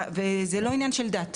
וזה לא עניין של דת.